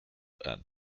and